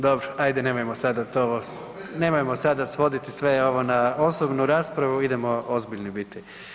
Dobro, ajde nemojmo sada to, nemojmo sada svoditi sve ovo na osobnu raspravu, idemo ozbiljni biti.